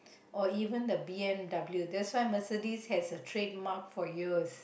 or even the B_M_W that's why Mercedes has the trademark for years